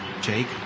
Jake